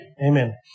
Amen